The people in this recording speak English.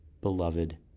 Beloved